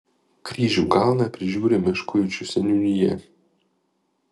kryžių kalną prižiūri meškuičių seniūnija